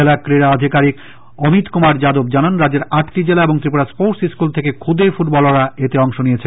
জেলা ক্রীডা আধিকারিক অমিত কুমার যাদব জানান রাজ্যের আটটি জেলা এবং ত্রিপুরা স্পোর্টস স্কুল থেকে ফ্ফুদে ফুটবলাররা এতে অংশ নিচ্ছে